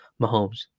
Mahomes